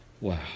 Wow